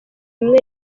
imwe